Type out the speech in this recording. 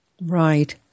Right